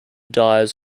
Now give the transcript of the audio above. dyes